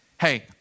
hey